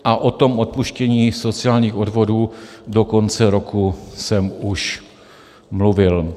A o tom odpuštění sociálních odvodů do konce roku jsem už mluvil.